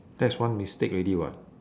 that's one mistake already what